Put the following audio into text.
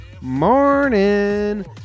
morning